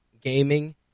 Gaming